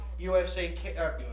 UFC